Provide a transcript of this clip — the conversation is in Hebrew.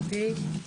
בבקשה.